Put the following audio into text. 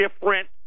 different